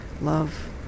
Love